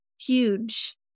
huge